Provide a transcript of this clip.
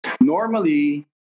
Normally